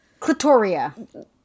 Clitoria